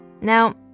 Now